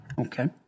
Okay